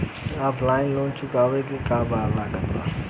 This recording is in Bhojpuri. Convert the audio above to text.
ऑफलाइन लोन चुकावे म का का लागत बा?